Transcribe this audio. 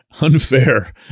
unfair